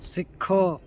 ਸਿੱਖੋ